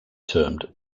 termed